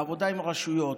בעבודה עם הרשויות,